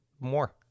more